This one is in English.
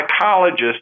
psychologist